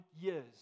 years